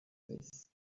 face